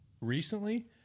recently